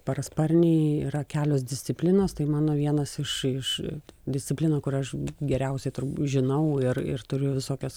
parasparniai yra kelios disciplinos tai mano vienas iš iš disciplinų kur aš geriausiai žinau ir ir turiu visokias